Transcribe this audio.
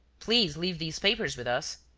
please leave these papers with us.